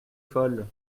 folle